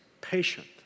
patient